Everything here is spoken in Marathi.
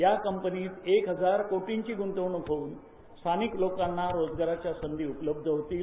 या कंपनीत एक हजार कोटींची गुंतवणूक होवून स्थानिक लोकांना रोजगाराच्या संधी उपलब्ध होतील